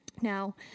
Now